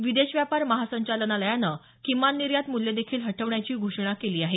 विदेश व्यापार महासंचालनालयानं किमान निर्यात मूल्यदेखील हटवण्याची घोषणा केली आहे